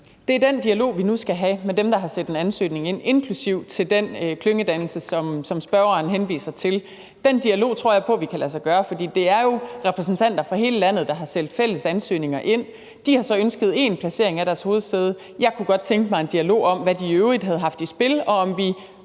Det er den dialog, vi nu skal have med dem, der har sendt en ansøgning ind, inklusive om den klyngedannelse, som spørgeren henviser til. Den dialog tror jeg på kan lade sig gøre, for det er jo repræsentanter fra hele landet, der har sendt fælles ansøgninger ind. De har så ønsket én placering af deres hovedsæde; jeg kunne godt tænke mig en dialog om, hvad de i øvrigt havde haft i spil, og om vi